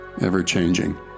ever-changing